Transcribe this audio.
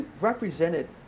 represented